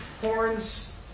Horns